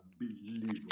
unbelievable